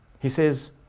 he says,